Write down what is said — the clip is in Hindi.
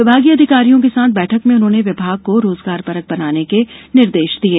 विभागीय अधिकारियों के साथ बैठक में उन्होंने विभाग को रोजगारपरख बनाने के निर्देश दिये